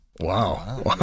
Wow